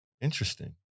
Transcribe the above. Interesting